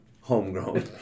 Homegrown